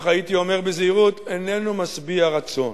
איך הייתי אומר בזהירות, שאיננו משביע רצון.